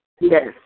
Yes